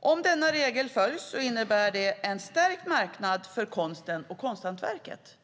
Om denna regel följs innebär det en stärkt marknad för konsten och konsthantverket.